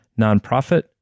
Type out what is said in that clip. nonprofit